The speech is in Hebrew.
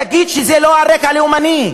תגיד שזה לא על רקע לאומני,